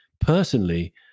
Personally